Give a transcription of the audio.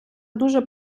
дуже